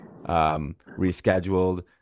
rescheduled